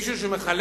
מישהו שהוא מחלק,